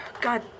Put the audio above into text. God